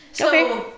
Okay